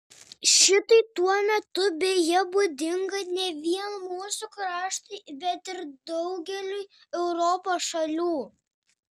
šitai tuo metu beje būdinga ne vien mūsų kraštui bet ir daugeliui europos šalių